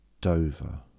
Dover